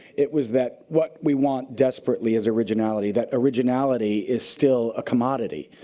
it was that what we want desperately is originality. that originality is still a commodity.